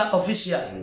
Official